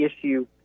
issue